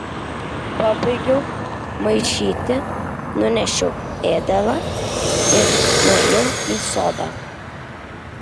pabaigiau maišyti nunešiau ėdalą ir nuėjau į sodą